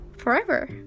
forever